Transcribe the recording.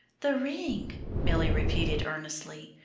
the ring, milly repeated earnestly.